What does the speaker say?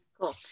Cool